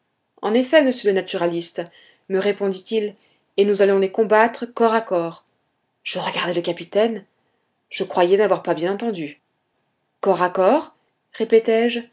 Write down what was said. en effet monsieur le naturaliste me répondit-il et nous allons les combattre corps à corps je regardai le capitaine je croyais n'avoir pas bien entendu